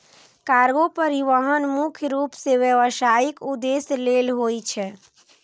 cargo परिवहन मुख्य रूप सं व्यावसायिक उद्देश्य लेल होइ छै